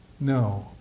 No